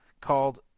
called